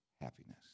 happiness